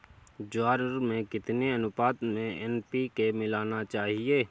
ज्वार में कितनी अनुपात में एन.पी.के मिलाना चाहिए?